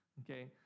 okay